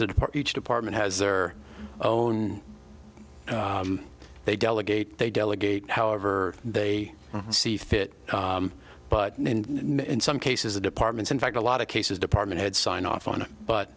apart each department has their own they delegate they delegate however they see fit but in some cases the departments in fact a lot of cases department heads sign off on it but